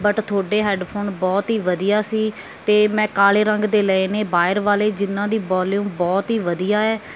but ਤੁਹਾਡੇ headphone ਬਹੁਤ ਹੀ ਵਧੀਆ ਸੀ ਅਤੇ ਮੈਂ ਕਾਲੇ ਰੰਗ ਦੇ ਲਏ ਨੇ ਵਾਇਰ ਵਾਲੇ ਜਿਹਨਾਂ ਦੀ ਵੋਲਿਊਮ ਬਹੁਤ ਹੀ ਵਧੀਆ ਹੈ